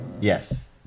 Yes